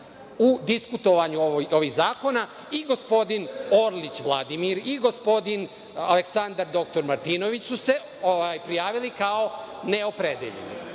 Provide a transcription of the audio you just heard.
u diskutovanju ovih zakona i gospodin Orlić Vladimir i gospodin Aleksandar dr Martinović su se prijavili kao neopredeljeni,